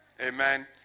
Amen